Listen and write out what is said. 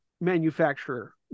manufacturer